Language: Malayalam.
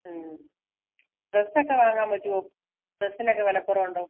ഡ്രസ്സ് ഒക്കെ വാങ്ങാൻ പറ്റുമോ ഡ്രസ്സിനൊക്കെ വിലക്കുറവുണ്ടോ